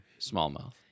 Smallmouth